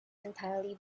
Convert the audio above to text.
entirely